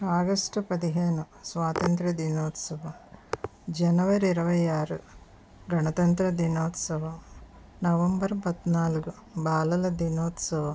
August పదిహేను స్వాతంత్య్ర దినోత్సవం జనవరి ఇరవై ఆరు గణతంత్ర దినోత్సవం నవంబర్ పద్నాలుగు బాలల దినోత్సవం